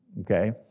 Okay